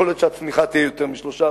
יכול להיות שהצמיחה תהיה יותר מ-3%,